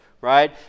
right